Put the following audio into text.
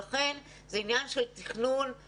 לכן זה עניין של תכנון.